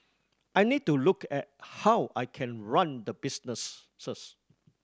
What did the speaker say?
I need to look at how I can run the businesses